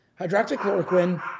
Hydroxychloroquine